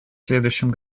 следующем